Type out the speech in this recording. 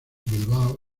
bilbao